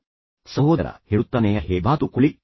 ಈಗ ಸಹೋದರ ನಿಸ್ಸಂಶಯವಾಗಿ ಹೇಳುತ್ತಾನೆಃ ಹೇ ಬಾತುಕೋಳಿ